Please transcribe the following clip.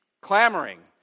Clamoring